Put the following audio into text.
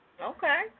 Okay